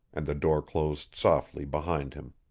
and the door closed softly behind him.